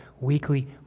weekly